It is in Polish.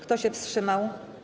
Kto się wstrzymał?